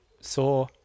saw